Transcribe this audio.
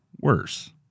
worse